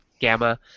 Gamma